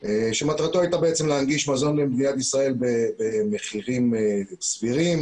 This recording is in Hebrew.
שמטרתו הייתה להנגיש מזון למדינת ישראל במחירים סבירים